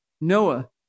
Noah